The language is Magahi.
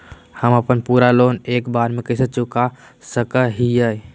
हम अपन पूरा लोन एके बार में कैसे चुका सकई हियई?